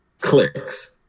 clicks